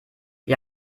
wir